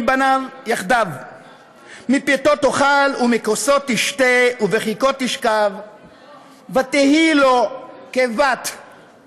בניו יחדו מפתו תאכל ומכוסו תשתה ובחיקו תשכב ותהי לו כבת.